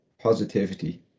positivity